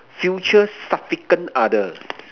future significant other